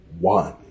One